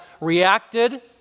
reacted